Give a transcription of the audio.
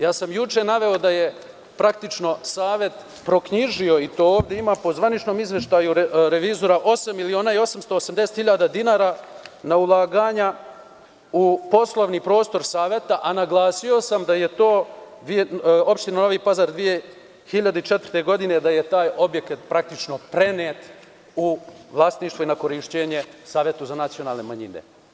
Juče sam naveo da je Savet praktično proknjižio, i to ovde ima po zvaničnom izveštaju revizora, osam miliona i 880 hiljada dinara na ulaganja u poslovni prostor Saveta, a naglasio sam da je to opština Novi Pazar 2004. godine taj objekat praktično prenela vlasništvo i na korišćenje Savetu za nacionalne manjine.